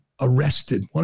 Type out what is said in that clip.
arrested